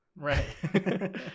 Right